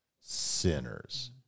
sinners